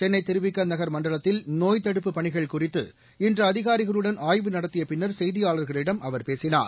சென்னைதிருவிகநகர் மண்டலத்தில் நோய்த் தடுப்புப் பணிகள் குறித்து இன்றுஅதிகாரிகளுடன் ஆய்வு நடத்தியபின்னர் செய்தியாளர்களிடம் அவர் பேசினார்